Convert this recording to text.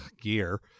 Gear